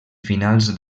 finals